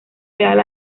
leal